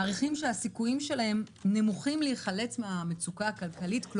מעריכים שהסיכויים שלהם להיחלץ מן המצוקה הכלכלית נמוכים,